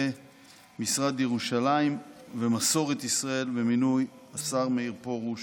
משרד ירושלים ומסורת ישראל ומינוי השר מאיר פרוש